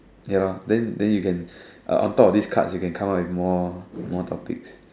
ya lor then then you can uh on top of these cards you can come up with more more topics